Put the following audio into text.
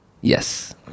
Yes